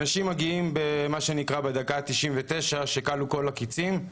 אנשים מגיעים בדקה האחרונה, כשכלו כל הקיצים.